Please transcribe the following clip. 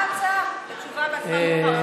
מה ההצעה בתשובה והצבעה במועד מאוחר יותר?